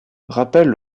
rappellent